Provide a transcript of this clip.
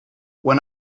when